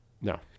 No